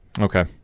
Okay